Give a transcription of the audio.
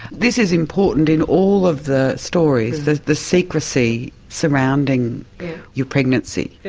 this is important in all of the stories, the the secrecy surrounding your pregnancy.